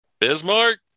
Bismarck